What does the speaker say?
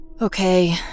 Okay